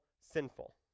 sinful